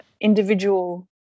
individual